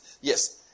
Yes